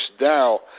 Now